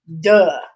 Duh